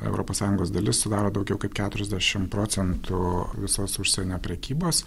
europos sąjungos dalis sudaro daugiau kaip keturiasdešim procen tų visos užsienio prekybos